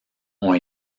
ont